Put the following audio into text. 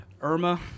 Irma